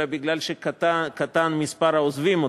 אלא כי קטן מספר העוזבים אותה.